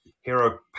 Hero